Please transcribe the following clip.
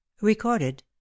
Recorded